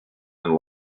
and